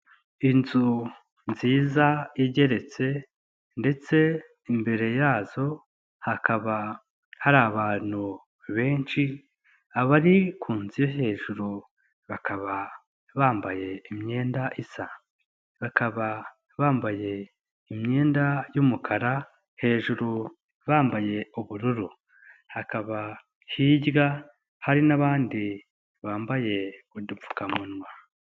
Inzu nziza igeretse ndetse imbere yazo hakaba hari abantu benshi, abari kuzu hejuru bakaba bambaye imyenda isa, bakaba bambaye imyenda y'umukara hejuru bambaye ubururu, hakaba hirya hari n'abandi bambaye udupfukamunwa.